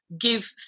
give